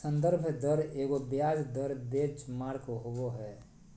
संदर्भ दर एगो ब्याज दर बेंचमार्क होबो हइ